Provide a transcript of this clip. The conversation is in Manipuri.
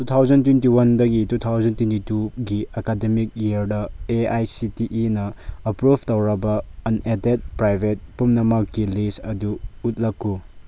ꯇꯨ ꯊꯥꯎꯖꯟ ꯇ꯭ꯋꯦꯟꯇꯤ ꯋꯥꯟꯒꯗꯤ ꯇꯨ ꯊꯥꯎꯖꯟ ꯇ꯭ꯋꯦꯟꯇꯤ ꯇꯨꯒꯤ ꯑꯦꯀꯥꯗꯃꯤꯛ ꯏꯌꯔꯗ ꯑꯦ ꯑꯥꯏ ꯁꯤ ꯇꯤ ꯏꯤꯅ ꯑꯦꯄ꯭ꯔꯨꯞ ꯇꯧꯔꯕ ꯑꯟꯑꯦꯗꯦꯠ ꯄ꯭ꯔꯥꯏꯕꯦꯠ ꯄꯨꯝꯅꯃꯛꯀꯤ ꯂꯤꯁ ꯑꯗꯨ ꯎꯠꯂꯛꯎ